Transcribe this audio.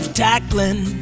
tackling